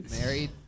Married